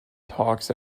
talks